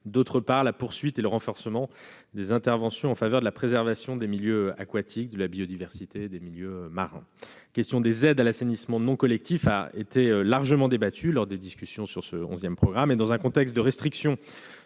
d'autre part, la poursuite et le renforcement des interventions en faveur de la préservation des milieux aquatiques, de la biodiversité et des milieux marins. La question des aides à l'assainissement non collectif a été largement débattue lors de l'élaboration de ces onzièmes programmes. Dans un contexte de restriction